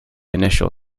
initial